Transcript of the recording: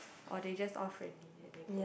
or they just all friendly and they go